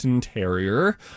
Terrier